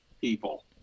people